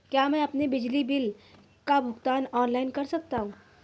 क्या मैं अपने बिजली बिल का भुगतान ऑनलाइन कर सकता हूँ?